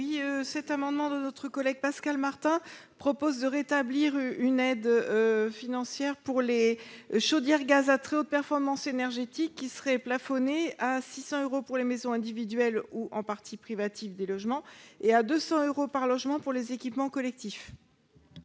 Cet amendement de notre collègue Pascal Martin vise à rétablir une aide financière pour les chaudières gaz à très haute performance énergétique plafonnée à 600 euros pour les maisons individuelles ou en partie privative des logements et à 200 euros par logement pour les équipements collectifs.